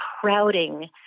crowding